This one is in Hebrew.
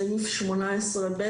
סעיף 18(ב),